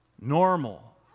normal